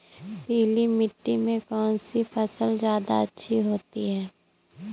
पीली मिट्टी में कौन सी फसल ज्यादा अच्छी होती है?